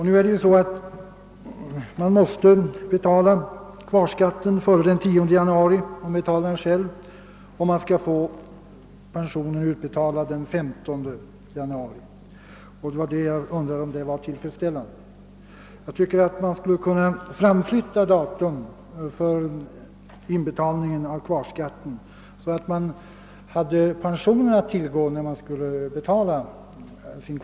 Enligt dessa måste man ju betala kvarskatten före den 10 januari, om man vill betala den själv, för att man skall kunna få pensionen utbetalad den 15 januari. Det var det förhållandet som jag undrade om statsrådet fann tillfredsställande. Jag tycker att man skulle kunna framflytta datum för inbetalningen av kvarskatten, så att man hade pensionen att tillgå, när man skulle betala den.